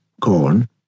corn